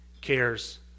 cares